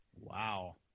Wow